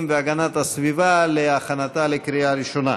והגנת הסביבה להכנתה לקריאה ראשונה.